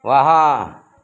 वाह